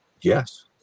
yes